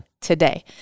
today